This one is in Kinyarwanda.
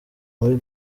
muri